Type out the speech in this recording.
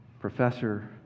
professor